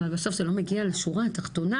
אבל בסוף זה לא מגיע לשורה התחתונה